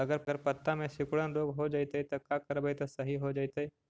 अगर पत्ता में सिकुड़न रोग हो जैतै त का करबै त सहि हो जैतै?